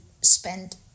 spend